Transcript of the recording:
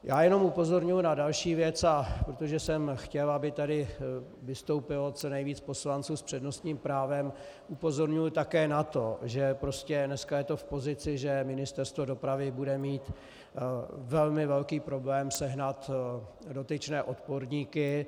Já jenom upozorňuji na další věc, a protože jsem chtěl, aby tady vystoupilo co nejvíc poslanců s přednostním právem, upozorňuji také na to, že prostě dneska je to v pozici, že Ministerstvo dopravy bude mít velmi velký problém sehnat dotyčné odborníky.